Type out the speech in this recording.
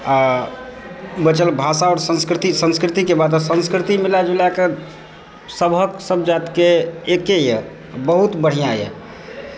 आ बचल भाषा आओर संस्कृति संस्कृतिके बात तऽ संस्कृति मिलाए जुलाए कऽ सबहक सब जातके एके यऽ बहुत बढ़िआँ यऽ